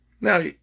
Now